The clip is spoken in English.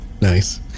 Nice